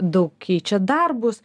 daug keičia darbus